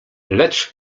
lecz